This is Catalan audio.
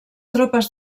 tropes